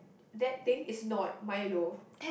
that thing is not Milo